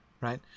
right